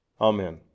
Amen